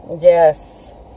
Yes